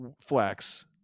flex